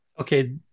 Okay